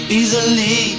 easily